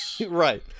Right